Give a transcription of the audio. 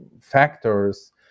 factors